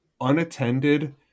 unattended